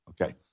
Okay